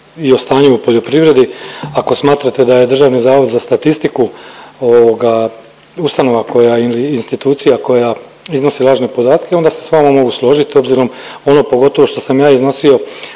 i o stanju u poljoprivredi. Ako smatrate da je Državni zavod za statistiku ovoga ustanova koja ili institucija koja iznosi lažne podatke onda se s vama mogu složit obzirom ono pogotovo što sam ja iznosio,